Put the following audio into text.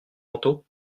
manteau